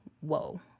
whoa